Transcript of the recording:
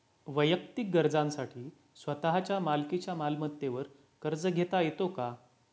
वैयक्तिक गरजांसाठी स्वतःच्या मालकीच्या मालमत्तेवर कर्ज घेता येतो का?